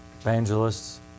evangelists